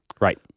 Right